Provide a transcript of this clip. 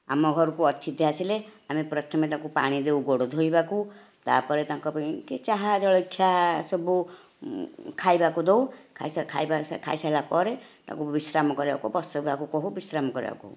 ଆମ ଘରକୁ ଅତିଥି ଆସିଲେ ଆମେ ପ୍ରଥମେ ତାକୁ ପାଣି ଦେଉ ଗୋଡ଼ ଧୋଇବାକୁ ତାପରେ ତାଙ୍କ ପାଇଁ କି ଚାହା ଜଳଖିଆ ସବୁ ଖାଇବାକୁ ଦେଉ ଖାଇବା ଖାଇସାରିଲା ପରେ ତାଙ୍କୁ ବିଶ୍ରାମ କରିବାକୁ ବସିବାକୁ କହୁ ବିଶ୍ରାମ କରିବାକୁ